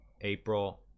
April